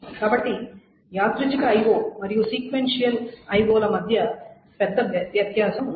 కాబట్టి యాదృచ్ఛిక IO మరియు సీక్వెన్షియల్ IO ల మధ్య పెద్ద వ్యత్యాసం ఉంది